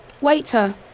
Waiter